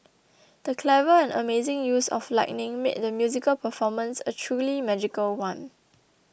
the clever and amazing use of lighting made the musical performance a truly magical one